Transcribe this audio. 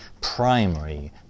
primary